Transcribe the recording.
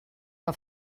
que